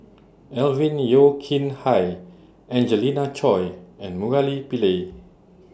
Alvin Yeo Khirn Hai Angelina Choy and Murali Pillai